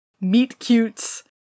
meet-cutes